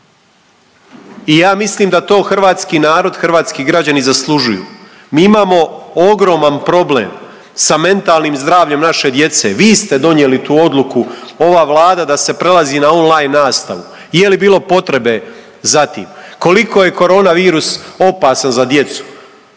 i ja mislim da to hrvatski narod i hrvatski građani zaslužuju. Mi imamo ogroman problem sa mentalnim zdravljem naše djece, vi ste donijeli tu odluku, ova Vlada, da se prelazi na online nastavu i je li bilo potrebe za tim? Koliko je korona virus opasan za djecu?